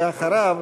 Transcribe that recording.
ואחריו,